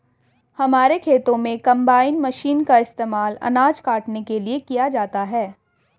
हमारे खेतों में कंबाइन मशीन का इस्तेमाल अनाज काटने के लिए किया जाता है